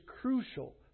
crucial